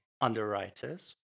underwriters